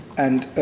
and,